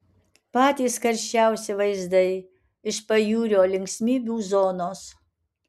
patys karščiausi vaizdai iš pajūrio linksmybių zonos